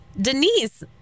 Denise